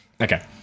okay